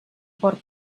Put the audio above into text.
por